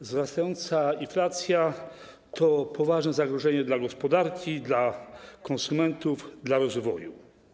Wzrastająca inflacja to poważne zagrożenie dla gospodarki, dla konsumentów, dla rozwoju.